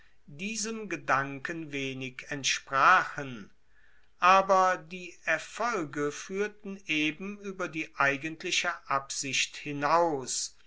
diesem gedanken wenig entsprachen aber die erfolge fuehrten eben ueber die eigentliche absicht hinaus